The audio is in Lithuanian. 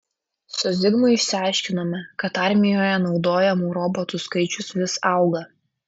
su zigmu išsiaiškinome kad armijoje naudojamų robotų skaičius vis auga